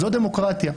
זאת דמוקרטיה.